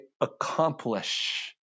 accomplish